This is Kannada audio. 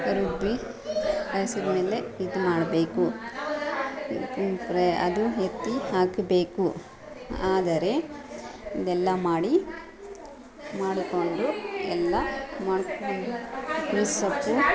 ರುಬ್ಬಿ ಕಾಯಿಸಿದ್ಮೇಲೆ ಇದು ಮಾಡ್ಬೇಕು ಫ್ರೈ ಅದು ಎತ್ತಿ ಹಾಕಬೇಕು ಆದರೆ ಇದೆಲ್ಲ ಮಾಡಿ ಮಾಡಿಕೊಂಡು ಎಲ್ಲ ಸೊಪ್ಪು